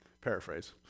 paraphrase